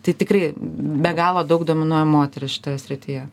tai tikrai be galo daug dominuoja moterys šitoje srityje